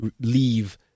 leave